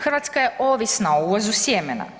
Hrvatska je ovisna o uvozu sjemena.